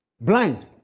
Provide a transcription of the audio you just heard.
Blind